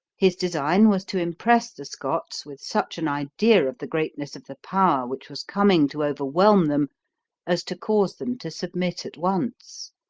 his design was to impress the scots with such an idea of the greatness of the power which was coming to overwhelm them as to cause them to submit at once.